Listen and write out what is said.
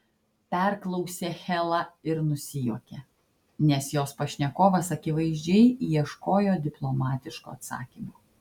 perklausė hela ir nusijuokė nes jos pašnekovas akivaizdžiai ieškojo diplomatiško atsakymo